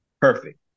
perfect